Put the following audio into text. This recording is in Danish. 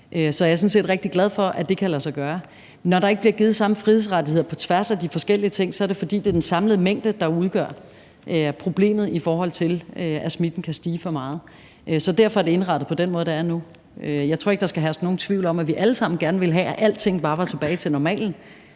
sådan set rigtig glad for, at det kan lade sig gøre. Når der ikke bliver givet samme frihedsrettigheder på tværs af de forskellige ting, er det, fordi det er den samlede mængde, der udgør problemet, i forhold til at smitten kan stige for meget. Så derfor er det indrettet på den måde, det er nu. Der skal ikke herske nogen tvivl om, at jeg tror, at vi alle sammen gerne ville have, at alting bare var tilbage til normalen.